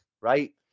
right